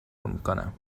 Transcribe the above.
میکنم